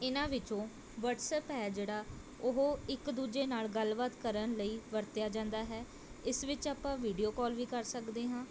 ਇਹਨਾਂ ਵਿੱਚੋਂ ਵੱਟਸਐਪ ਹੈ ਜਿਹੜਾ ਉਹ ਇੱਕ ਦੂਜੇ ਨਾਲ਼ ਗੱਲ ਬਾਤ ਕਰਨ ਲਈ ਵਰਤਿਆ ਜਾਂਦਾ ਹੈ ਇਸ ਵਿੱਚ ਆਪਾਂ ਵੀਡਿਓ ਕੋਲ ਵੀ ਕਰ ਸਕਦੇ ਹਾਂ